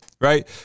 right